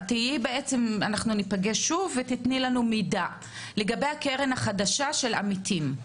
אנחנו ניפגש שוב ותתני לנו מידע לגבי הקרן החדשה של עמיתים?